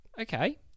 okay